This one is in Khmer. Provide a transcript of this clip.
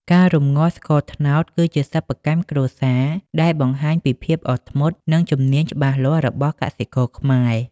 ការរំងាស់ស្ករត្នោតគឺជាសិប្បកម្មគ្រួសារដែលបង្ហាញពីភាពអត់ធ្មត់ និងជំនាញច្បាស់លាស់របស់កសិករខ្មែរ។